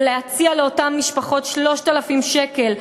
ולהציע לאותן משפחות 3,000 שקל,